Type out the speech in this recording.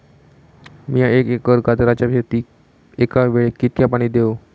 मीया एक एकर गाजराच्या शेतीक एका वेळेक कितक्या पाणी देव?